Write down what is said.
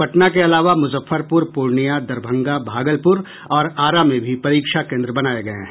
पटना के अलावा मुजफ्फरपुर पूर्णिया दरभंगा भागलपुर और आरा में भी परीक्षा केंद्र बनाये गये हैं